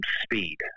speed